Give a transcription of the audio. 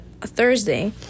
Thursday